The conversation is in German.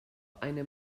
eine